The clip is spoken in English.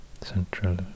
Central